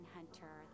Hunter